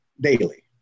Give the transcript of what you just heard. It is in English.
daily